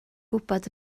gwybod